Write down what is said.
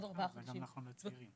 עוד ארבעה חודשים --- זה גם נכון לצעירים.